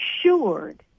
assured